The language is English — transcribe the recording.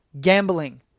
gambling